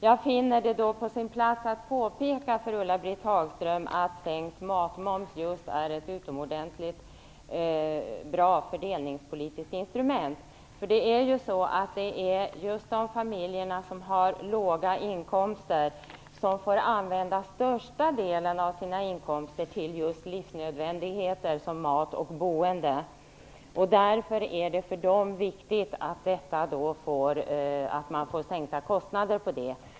Jag finner det på sin plats att påpeka för Ulla-Britt Hagström att sänkt matmoms är ett utomordentligt bra fördelningspolitiskt instrument. Det är just de familjer som har låga inkomster som får använda största delen av sina inkomster till livsnödvändigheter som mat och boende. Därför är det för dem viktigt med sänkta kostnader för det.